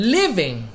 living